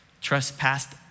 trespassed